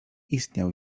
istniał